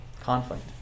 conflict